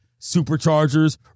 Superchargers